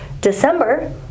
December